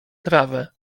trawę